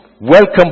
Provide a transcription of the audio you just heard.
welcome